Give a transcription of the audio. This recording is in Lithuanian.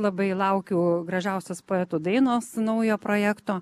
labai laukiu gražiausias poeto dainos naujo projekto